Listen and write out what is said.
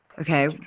Okay